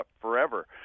forever